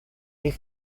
die